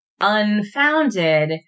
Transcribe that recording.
unfounded